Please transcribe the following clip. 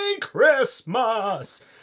Christmas